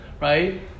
right